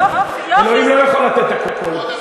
אלוהים לא יכול לתת את הכול,